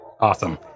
Awesome